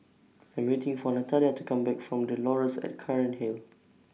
I'm waiting For Natalia to Come Back from The Laurels At Cairnhill